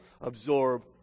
absorb